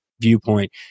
viewpoint